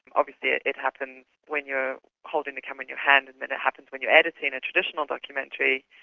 obviously it it happens when you're holding the camera in your hand and then it happens when you're editing a traditional documentary.